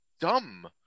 dumb